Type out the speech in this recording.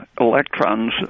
electrons